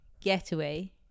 getaway